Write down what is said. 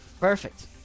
Perfect